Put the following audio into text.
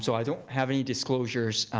so i don't have any disclosures,